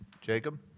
Jacob